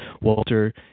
Walter